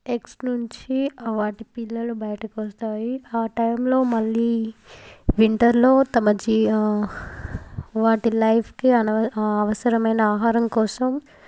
eggs నుంచి వాటి పిల్లలు బయటికి వస్తాయి ఆ టైంలో మళ్ళీ వింటర్లో తమ జీ వాటి లైఫ్కి అనవ అవసరమైన ఆహారం కోసం